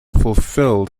fulfilled